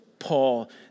Paul